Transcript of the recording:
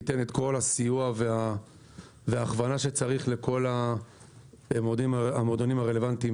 ייתן את כל הסיוע וההכוונה שצריך לכל המועדונים הרלוונטיים,